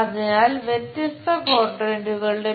അതിനാൽ വ്യത്യസ്ത ക്വാഡ്രന്റുകളിലെ